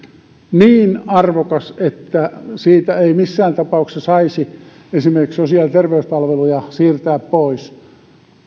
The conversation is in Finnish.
niin arvokas että siitä ei missään tapauksessa saisi esimerkiksi sosiaali ja terveyspalveluja siirtää pois